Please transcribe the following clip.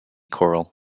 choral